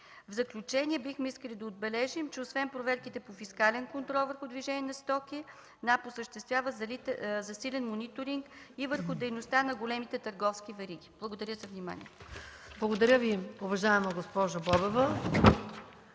В заключение, бихме искали да отбележим, че освен проверките по фискален контрол върху движението на стоките, НАП осъществява засилен мониторинг и върху дейността на големите търговски вериги. Благодаря за вниманието. ПРЕДСЕДАТЕЛ МАЯ МАНОЛОВА: Благодаря Ви, уважаема госпожо Бобева.